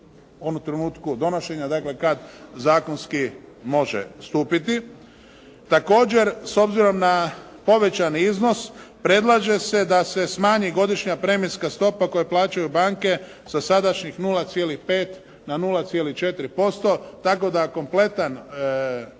onom trenutku donošenja, dakle kad zakonski može stupiti. Također s obzirom na povećani iznos, predlaže se da se smanji godišnja premijska stopa koje plaćaju banke sa sadašnjih 0,5 na 0,4% tako da kompletan